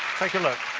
take a look.